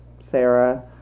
Sarah